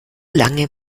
lange